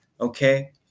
okay